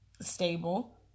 stable